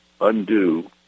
undo